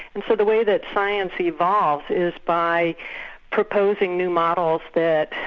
and so the way that science evolves is by proposing new models that